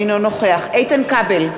אינו נוכח איתן כבל,